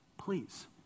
Please